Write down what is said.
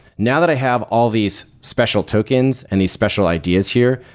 now that i have all these special tokens and these special ideas here,